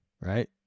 right